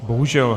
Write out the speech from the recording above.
Bohužel.